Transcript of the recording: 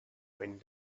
when